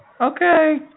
Okay